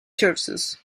services